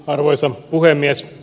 arvoisa puhemies